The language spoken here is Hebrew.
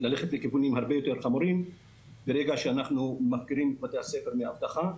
ללכת לכיוונים הרבה יותר חמורים ברגע שבתי הספר יהיו ללא אבטחה.